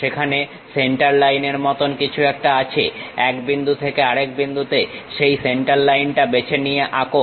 সেখানে সেন্টার লাইনের মত কিছু একটা আছে এক বিন্দু থেকে আর এক বিন্দুতে সেই সেন্টার লাইনটা বেছে নিয়ে আঁকো